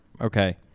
okay